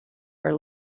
are